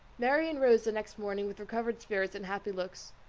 marianne rose the next morning with recovered spirits and happy looks.